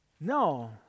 No